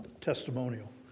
testimonial